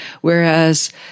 whereas